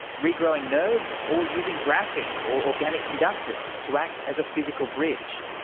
regrowing nerves or using graphene or organic conductors to act as a physical bridge?